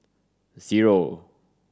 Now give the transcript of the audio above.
zero